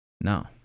No